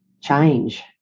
change